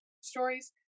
stories